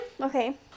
okay